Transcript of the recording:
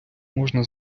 можна